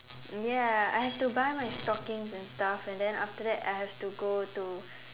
ya I have to buy my stockings and stuff and then after that I have to go to